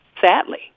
Sadly